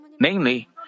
Namely